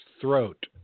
throat